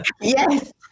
Yes